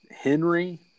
Henry